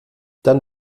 dann